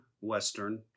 Western